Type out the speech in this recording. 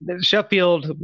Sheffield